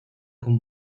con